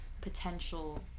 potential